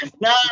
No